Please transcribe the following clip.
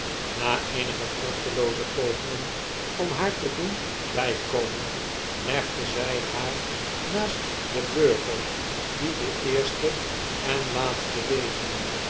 na eenige vruchtelooze pogingen om naar te doen bjjkomen legden zjj haar naast den burger die den eersten en laatsten degen